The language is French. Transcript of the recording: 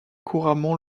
couramment